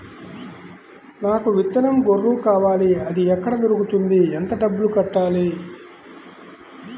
నాకు విత్తనం గొర్రు కావాలి? అది ఎక్కడ దొరుకుతుంది? ఎంత డబ్బులు కట్టాలి?